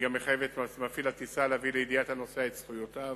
היא גם מחייבת את מפעיל הטיסה להביא לידיעת הנוסע את זכויותיו,